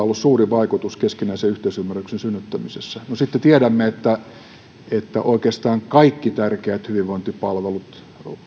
ollut suuri vaikutus keskinäisen yhteisymmärryksen synnyttämisessä sitten tiedämme että oikeastaan kaikki tärkeät hyvinvointipalvelut